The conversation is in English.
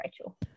rachel